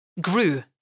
grew